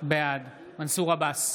בעד מנסור עבאס,